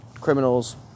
criminals